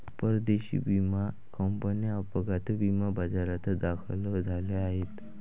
परदेशी विमा कंपन्या अपघात विमा बाजारात दाखल झाल्या आहेत